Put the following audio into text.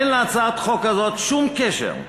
אין להצעת החוק הזאת שום קשר,